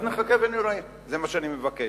אז נחכה ונראה, זה מה שאני מבקש.